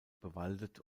bewaldet